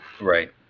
right